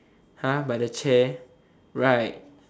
by the chair right